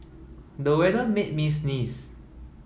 the weather made me sneeze